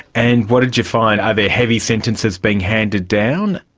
and what did you find? are there are heavy sentences being handed down?